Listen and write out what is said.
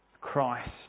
Christ